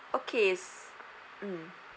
okay s~ mm